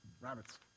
rabbits